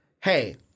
hey